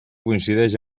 coincideix